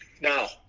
Now